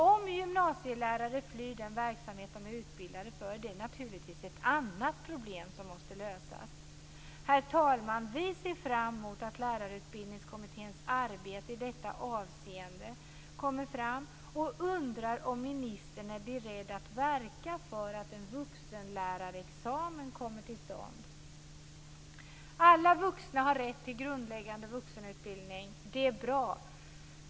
Om gymnasielärare flyr den verksamhet de är utbildade för, är det naturligtvis ett annat problem som måste lösas. Herr talman! Vi ser fram emot Lärarutbildningskommitténs arbete i detta avseende, och vi undrar om ministern är beredd att verka för att vuxenlärarexamen kommer till stånd. Alla vuxna har rätt till grundläggande vuxenutbildning. Det är bra.